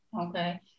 Okay